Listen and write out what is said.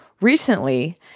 Recently